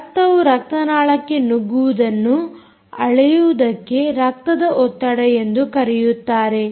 ರಕ್ತವು ರಕ್ತ ನಾಳಕ್ಕೆ ನುಗ್ಗುವುದನ್ನು ಅಳೆಯುವುದಕ್ಕೆ ರಕ್ತದ ಒತ್ತಡ ಎಂದು ಕರೆಯುತ್ತಾರೆ